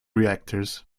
reactors